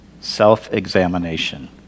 Self-examination